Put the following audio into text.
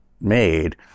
made